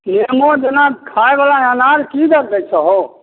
नेबो जेना खाए वाला अनार की दर दै छहो